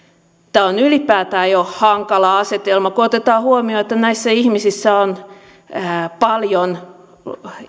tämä on ylipäätään jo hankala asetelma kun otetaan huomioon että näissä ihmisissä on paljon